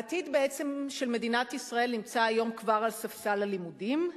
העתיד של מדינת ישראל נמצא כבר היום על ספסל הלימודים,